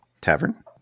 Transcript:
tavern